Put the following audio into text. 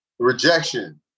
Rejection